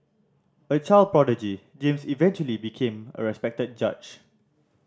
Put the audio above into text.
a child prodigy James eventually became a respected judge